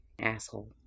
Asshole